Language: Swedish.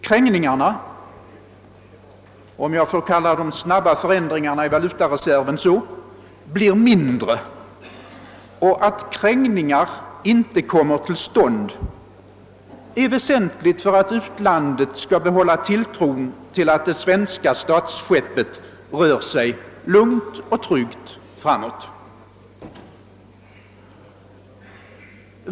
Krängningarna — om jag får kalla de snabba förändringarna i valutareserven så — blir mindre. Och att krängningar inte kommer till stånd är väsentligt för att utlandet skall behålla tilltron till att det svenska statsskeppet rör sig lugnt och tryggt framåt.